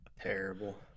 Terrible